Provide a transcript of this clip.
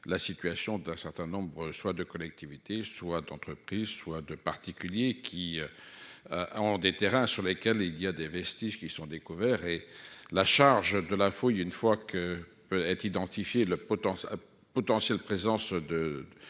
la situation d'un certain nombre soit de collectivité soit d'entreprises, soit de particuliers qui ont des terrains sur lesquels il y a des vestiges qui sont découverts et la charge de la fouille, une fois que être identifié la potence potentielle présence de